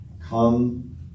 Come